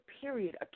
period